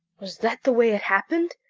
was that the way it happened?